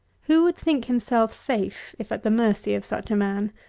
who would think himself safe, if at the mercy of such a man?